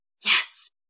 yes